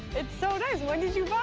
it's so nice. when did you buy